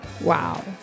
Wow